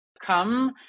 come